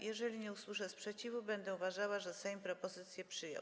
Jeżeli nie usłyszę sprzeciwu, będę uważała, że Sejm propozycję przyjął.